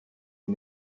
est